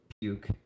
puke